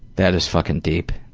that is fucking deep.